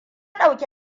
ɗauki